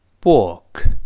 book